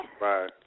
Bye